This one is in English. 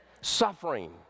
suffering